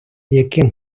яким